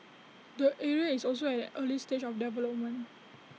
the area is also at an early stage of development